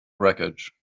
wreckage